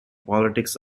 politics